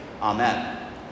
Amen